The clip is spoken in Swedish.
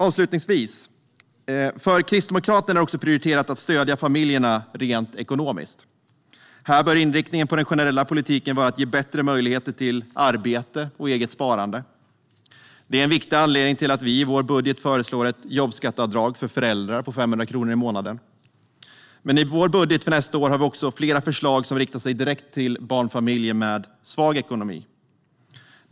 Avslutningsvis: För Kristdemokraterna är det också prioriterat att stödja familjerna rent ekonomiskt. Här bör inriktningen på den generella politiken vara att ge bättre möjligheter till arbete och eget sparande. Det är en viktig anledning till att vi i vår budget föreslår ett jobbskatteavdrag för föräldrar på 500 kronor i månaden. Men i vår budget för nästa år har vi också flera förslag som riktar sig direkt till barnfamiljer med svag ekonomi.